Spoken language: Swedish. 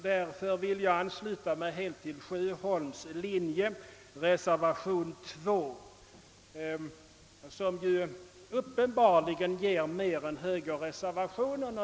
Därför vill jag helt ansluta mig till herr Sjöholms linje, reservation 2, som uppenbarligen ger mer än högerreservationen.